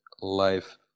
life